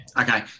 Okay